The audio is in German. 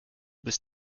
bist